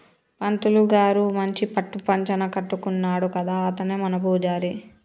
పంతులు గారు మంచి పట్టు పంచన కట్టుకున్నాడు కదా అతనే మన పూజారి